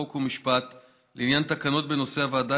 חוק ומשפט לעניין תקנות בנושא הוועדה